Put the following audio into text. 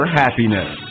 happiness